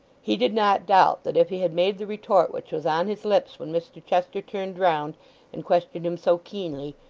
he did not doubt that if he had made the retort which was on his lips when mr chester turned round and questioned him so keenly,